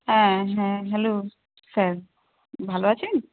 হ্যাঁ হ্যাঁ hello sir ভালো আছেন